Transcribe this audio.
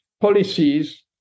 policies